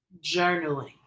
journaling